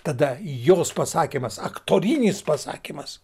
tada jos pasakymas aktorinis pasakymas